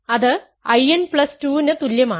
അത് In2 ന് തുല്യമാണ്